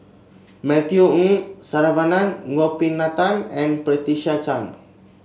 Matthew Ngui Saravanan Gopinathan and Patricia Chan